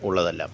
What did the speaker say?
ഉള്ളതല്ല